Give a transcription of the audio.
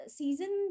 season